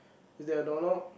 is there a door knob